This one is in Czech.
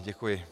Děkuji.